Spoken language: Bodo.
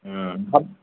ओम